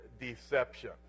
deception